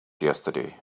yesterday